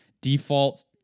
default